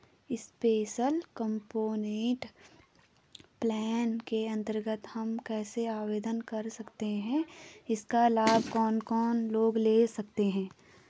Special component plan के अन्तर्गत हम कैसे आवेदन कर सकते हैं इसका लाभ कौन कौन लोग ले सकते हैं?